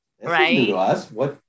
Right